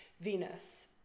venus